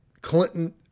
Clinton